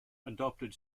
adopted